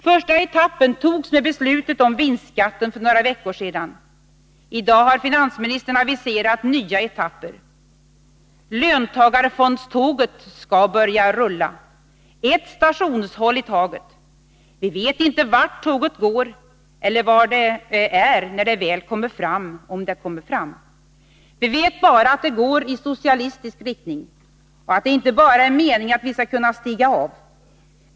Första etappen togs med beslutet om vinstskatt för några veckor sedan. I dag har finansministern aviserat nya etapper. Löntagarfondståget skall börja rulla, ett stationshåll i taget. Vi vet inte vart tåget går eller var det är när det väl kommer fram — om det kommer fram. Vi vet bara att det går i socialistisk riktning och att det inte är meningen att man bara skall kunna stiga av.